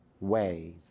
ways